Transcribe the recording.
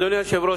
אדוני היושב-ראש,